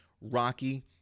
rocky